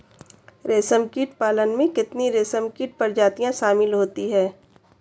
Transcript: रेशमकीट पालन में कितनी रेशमकीट प्रजातियां शामिल होती हैं?